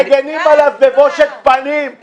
מגינים עליו בבושת פנים.